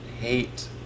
hate